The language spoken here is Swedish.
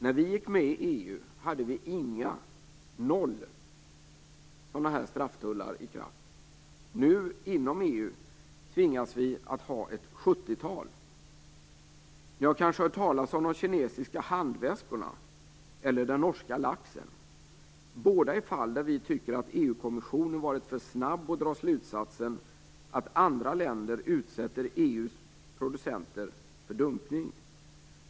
När vi gick med i EU hade vi inga - alltså noll - strafftullar. Nu inom EU tvingas vi att ha ett sjuttiotal. Ni har kanske hört talas om de kinesiska handväskorna eller om den norska laxen. Båda är fall där vi tycker att EU-kommissionen varit för snabb att dra slutsatsen att andra länder utsätter EU-producenter för dumpning.